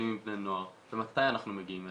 עם בני נוער ומתי אנחנו מגיעים אליהם.